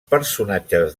personatges